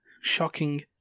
shocking